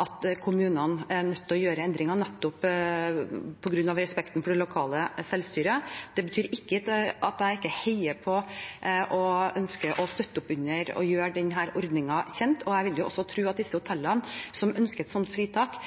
at kommunene er nødt til å gjøre endringer, nettopp på grunn av respekten for det lokale selvstyret. Det betyr ikke at jeg ikke heier på og ønsker å støtte opp under og gjøre denne ordningen kjent. Jeg vil tro at de hotellene som ønsker et sånt fritak,